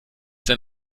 sein